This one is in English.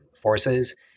forces